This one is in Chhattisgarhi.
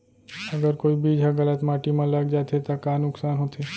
अगर कोई बीज ह गलत माटी म लग जाथे त का नुकसान होथे?